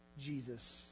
Jesus